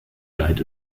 died